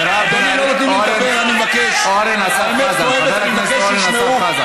האמת כואבת, אורן חזן,